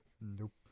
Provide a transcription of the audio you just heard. Nope